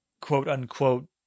quote-unquote